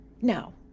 Now